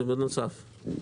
זה בנוסף.